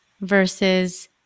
versus